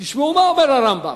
תשמעו מה אומר הרמב"ם: